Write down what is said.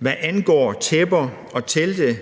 Hvad angår tæpper og telte